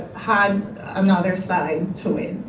had another side to it.